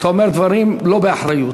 אתה אומר דברים לא באחריות.